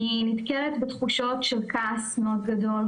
אני נתקלת בתחושות של כעס מאוד גדול,